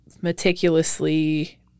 meticulously